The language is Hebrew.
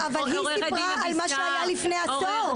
--- אבל היא סיפרה על מה שהיה לפני עשור.